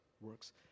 works